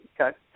Okay